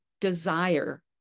desire